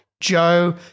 Joe